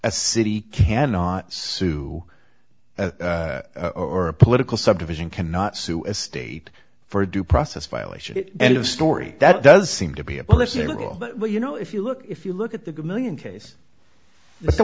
a city cannot sue or a political subdivision cannot sue a state for a due process violation end of story that does seem to be a political well you know if you look if you look at the good million case